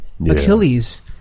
Achilles